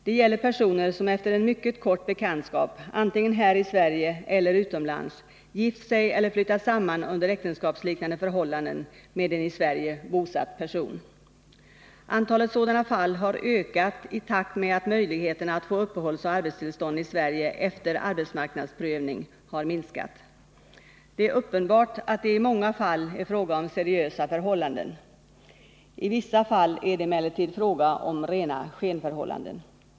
Det gäller personer som efter en mycket kort bekantskap antingen här i Sverige eller utomlands gift sig eller flyttat samman under äktenskapsliknande förhållanden med en i Sverige bosatt person. Antalet sådana fall har ökat i takt med att möjligheten att få uppehållsoch arbetstillstånd i Sverige efter arbetsmarknadsprövning har minskat. Det är uppenbart att det i många fall är fråga om seriösa förhållanden. I vissa fall är det emellertid fråga om rena skenförhållanden.